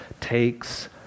takes